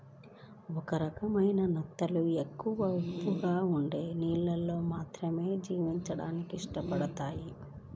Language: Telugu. ఒక రకం నత్తలు ఎక్కువ ఉప్పగా ఉండే నీళ్ళల్లో మాత్రమే జీవించడానికి ఇష్టపడతయ్